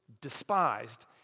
despised